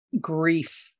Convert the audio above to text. grief